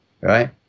right